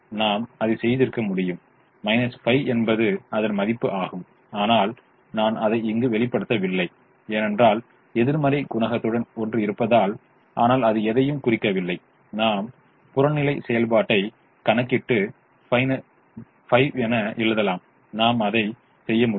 நாம் அதைச் செய்திருக்க முடியும் 5 என்பது அதன் மதிப்பு ஆகும் ஆனால் நான் அதைக் இங்கு வெளிப்படுத்தவில்லை ஏனென்றால் எதிர்மறை குணகத்துடன் ஒன்று இருப்பதால் ஆனால் அது எதையும் குறிக்கவில்லை நாம் புறநிலை செயல்பாட்டைக் கணக்கிட்டு 5 என எழுதலாம் நாம் அதை செய்ய முடியும்